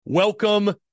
Welcome